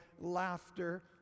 laughter